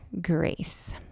grace